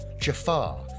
Jafar